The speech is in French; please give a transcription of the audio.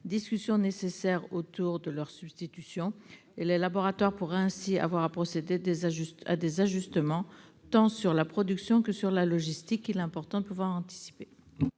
discussion nécessaire autour des possibilités de substitution. Les laboratoires pourraient aussi avoir à procéder à des ajustements, tant sur la production que sur la logistique, qu'il est important de pouvoir anticiper.